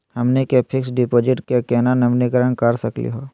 हमनी के fix deposit क केना नवीनीकरण करा सकली हो?